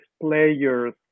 players